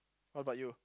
what about you